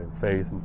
faith